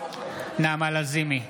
נעמה לזימי,